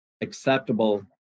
acceptable